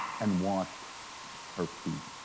and washed her feet.